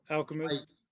Alchemist